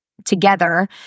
together